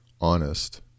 honest